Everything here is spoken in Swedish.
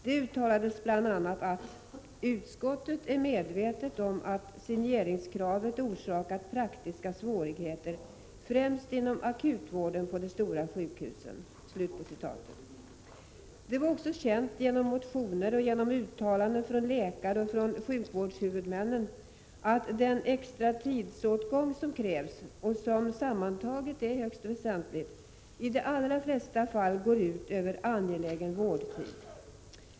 Då uttalades bl.a.: ”Utskottet är medvetet om att signeringskravet orsakat praktiska svårigheter främst inom akutvården på de stora sjukhusen.” Det var också känt, genom motioner och uttalanden från läkare och sjukvårdshuvudmännen, att den extra tidsåtgång som krävs, och som sammantaget är högst väsentlig, i de allra flesta fall går ut över angelägen vårdtid.